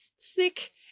thick